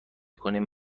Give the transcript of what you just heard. کنیم